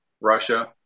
Russia